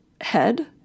head